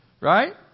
right